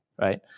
right